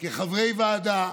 כחברי ועדה